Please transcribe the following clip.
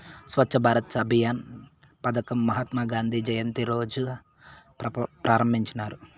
స్వచ్ఛ భారత్ అభియాన్ పదకం మహాత్మా గాంధీ జయంతి రోజా ప్రారంభించినారు